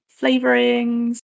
flavorings